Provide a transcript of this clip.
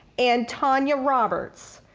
and tonia roberts,